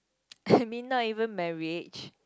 I mean not even marriage